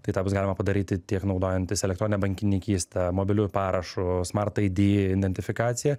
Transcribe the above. tai tą bus galima padaryti tiek naudojantis elektronine bankininkyste mobiliu parašu smart id identifikacija